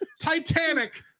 titanic